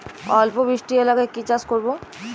অল্প বৃষ্টি এলাকায় কি চাষ করব?